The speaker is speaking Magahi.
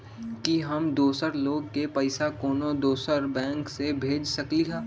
कि हम दोसर लोग के पइसा कोनो दोसर बैंक से भेज सकली ह?